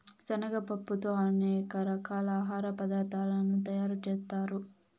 శనగ పప్పుతో అనేక రకాల ఆహార పదార్థాలను తయారు చేత్తారు